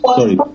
Sorry